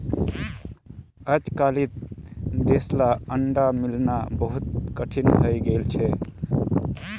अजकालित देसला अंडा मिलना बहुत कठिन हइ गेल छ